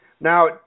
Now